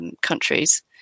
countries